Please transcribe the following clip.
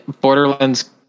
Borderlands